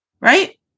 Right